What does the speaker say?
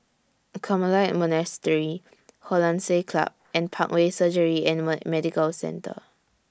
Carmelite Monastery Hollandse Club and Parkway Surgery and Medical Centre